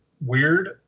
weird